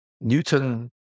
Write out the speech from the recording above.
Newton